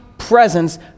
presence